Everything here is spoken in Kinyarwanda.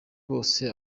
bose